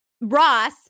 Ross